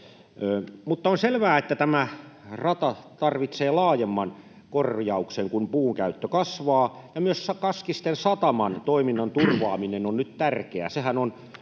Mutta on selvää, että tämä rata tarvitsee laajemman korjauksen, kun puun käyttö kasvaa ja myös Kaskisten sataman toiminnan turvaaminen on nyt tärkeää